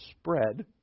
spread